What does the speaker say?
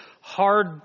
hard